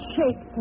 Shake